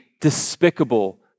despicable